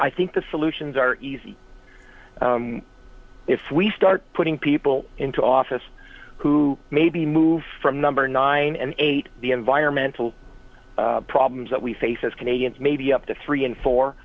i think the solutions are easy if we start putting people into office who may be moved from number nine and eight the environmental problems that we face as canadians maybe up to three and four